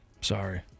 Sorry